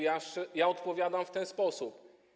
Ja odpowiadam w ten sposób.